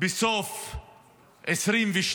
בסוף 2023,